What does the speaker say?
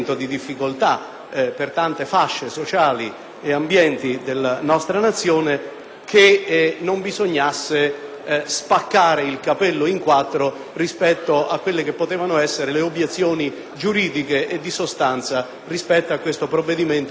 questione è che probabilmente non stiamo rispettando